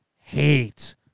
hate